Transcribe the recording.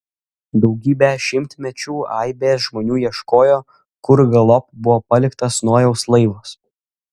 daugybę šimtmečių aibės žmonių ieškojo kur galop buvo paliktas nojaus laivas